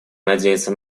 надеяться